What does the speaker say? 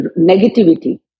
negativity